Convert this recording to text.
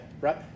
right